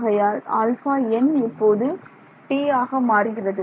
ஆகையால் αn இப்போது t ஆக மாறுகிறது